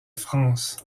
france